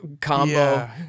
combo